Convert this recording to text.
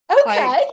okay